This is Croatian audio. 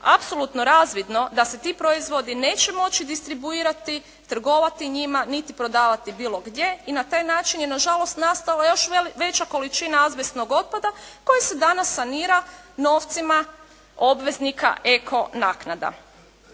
apsolutno razvidno da se ti proizvodi neće moći distribuirati, trgovati njima niti prodavati bilo gdje i na taj način je na žalost nastala još veća količina azbestnog otpada koji se danas sanira novcima obveznika eko naknada.